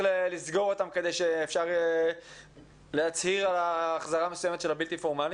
לסגור אותם כדי שיהיה אפשר להצהיר על החזרה מסוימת של הבלתי פורמלי?